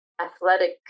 athletic